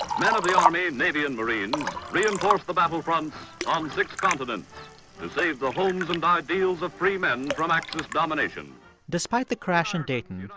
men of the army, navy and marines reinforce the battlefronts on six continents to save the homes and ideals of free men from axis domination despite the crash in dayton, you know